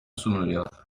sunuluyor